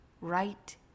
right